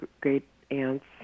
great-aunts